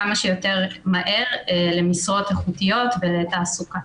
כמה שיותר מהר למשרות איכותיות ולתעסוקה.